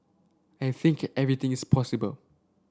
I think everything is possible